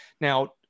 Now